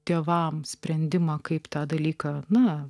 tėvams sprendimą kaip tą dalyką na